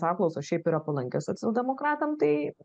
apklausos šiaip yra palankios socialdemokratam tai